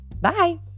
Bye